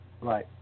Right